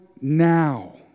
now